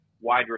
wide